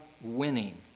winning